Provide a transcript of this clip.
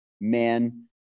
men